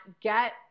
Get